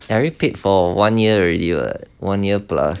I already paid for one year already [what] one year plus there